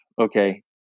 okay